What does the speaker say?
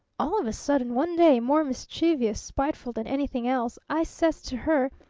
all of a sudden, one day, more mischievous-spiteful than anything else, i says to her,